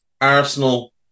Arsenal